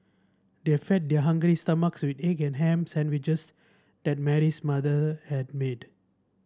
they fed their hungry stomachs with egg and ham sandwiches that Mary's mother had made